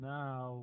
now